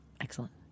Excellent